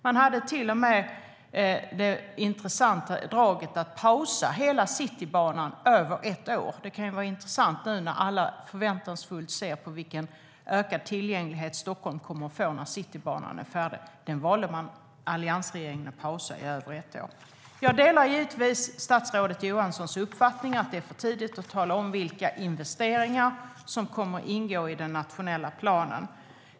Man gjorde till och med det intressanta draget att pausa hela Citybanan i över ett år - det kan ju vara intressant nu när alla förväntansfullt ser på vilken ökad tillgänglighet Stockholm kommer att få när Citybanan är färdig. Den valde alliansregeringen alltså att pausa i över ett år. Jag delar givetvis statsrådet Johanssons uppfattning att det är för tidigt att tala om vilka investeringar som kommer att ingå i den nationella planen.